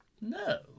no